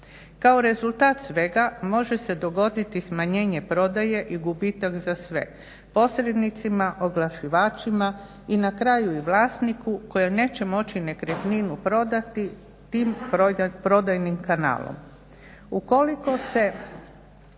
Kao rezultat svega može se dogoditi smanjenje prodaje i gubitak za sve, posrednicima, oglašivačima i na kraju i vlasniku koji neće moći nekretninu prodati tim prodajnim kanalom.